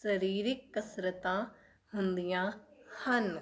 ਸਰੀਰਿਕ ਕਸਰਤਾਂ ਹੁੰਦੀਆਂ ਹਨ